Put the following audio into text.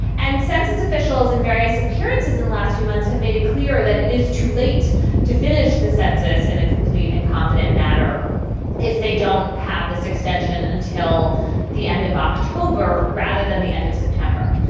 and census officials and various appearances in the last few months have made it clear that it is too late to finish the census in a complete and competent matter if they don't have this extension until the end of october rather than the end of september.